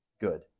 good